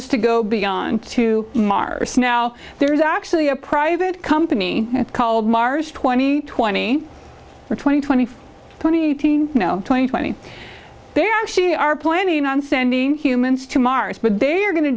is to go beyond to mars now there's actually a private company called mars twenty twenty or twenty twenty twenty twenty twenty there actually are planning on sending humans to mars but they're going to